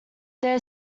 their